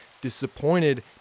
disappointed